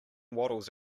waddles